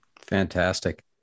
Fantastic